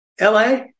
LA